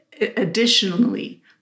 additionally